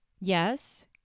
Yes